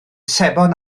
sebon